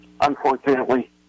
unfortunately